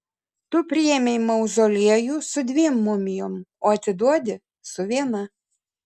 tu priėmei mauzoliejų su dviem mumijom o atiduodi su viena